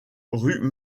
rue